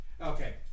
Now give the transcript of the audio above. Okay